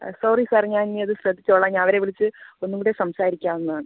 ആ sorry sir ഞാൻ ഇനി അത് ശ്രദ്ധിച്ചോളാം ഞാൻ അവരെ വിളിച്ച് ഒന്നും കൂടെ സംസാരിക്കാവുന്നതാണ്